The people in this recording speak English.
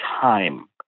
time